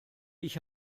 ich